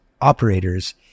operators